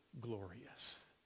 glorious